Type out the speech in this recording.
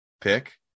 pick